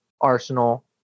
Arsenal